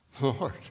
Lord